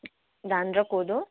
धान र कोदो